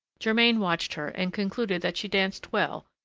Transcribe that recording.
germain watched her, and concluded that she danced well,